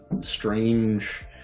strange